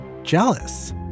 Jealous